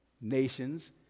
nations